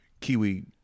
Kiwi